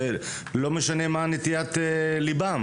ולא משנה מה נטיית ליבם.